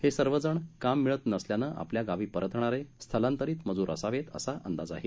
हे सर्वजण काम मिळत नसल्यानं आपल्या गावी परतणारे स्थलांतरित मजूर असावेत असा अंदाज आहे